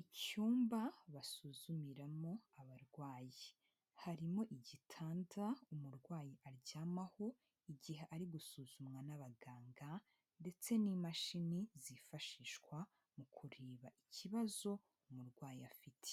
Icyumba basuzumiramo abarwayi, harimo igitanda umurwayi aryamaho igihe ari gusuzumwa n'abaganga ndetse n'imashini zifashishwa mu kureba ikibazo umurwayi afite,